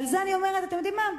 על זה אני אומרת, אתם יודעים מה?